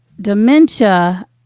dementia